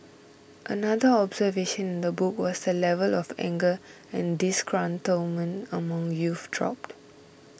another observation in the book was the level of anger and disgruntlement among youth dropped